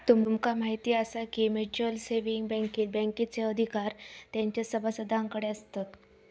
तुमका म्हायती आसा काय, की म्युच्युअल सेविंग बँकेत बँकेचे अधिकार तेंच्या सभासदांकडे आसतत